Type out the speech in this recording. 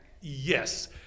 Yes